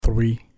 Three